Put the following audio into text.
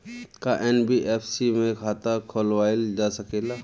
का एन.बी.एफ.सी में खाता खोलवाईल जा सकेला?